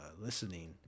listening